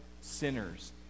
sinners